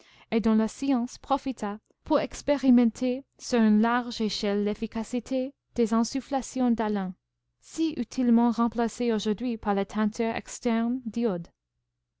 et dont la science profita pour expérimenter sur une large échelle l'efficacité des insufflations d'alun si utilement remplacées aujourd'hui par la teinture externe d'iode